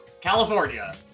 California